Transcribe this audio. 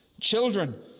Children